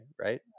right